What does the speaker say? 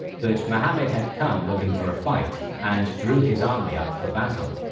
but muhammad had come looking for a fight, and drew his army up for battle.